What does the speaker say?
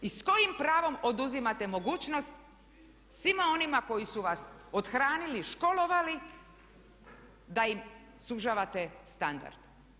I s kojim pravom oduzimate mogućnost svima onima koji su vas othranili, školovali da im sužavate standard.